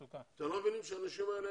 אתם לא מבינים שלאנשים האלה אין